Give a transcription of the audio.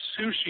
sushi